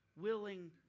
willing